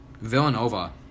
Villanova